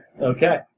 Okay